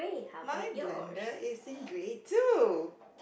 my blender is in grey too